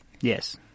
yes